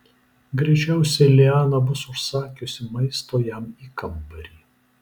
greičiausiai liana bus užsakiusi maisto jam į kambarį